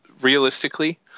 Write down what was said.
realistically